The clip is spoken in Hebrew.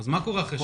מה קורה אחר כך?